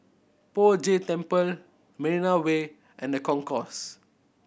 Poh Jay Temple Marina Way and The Concourse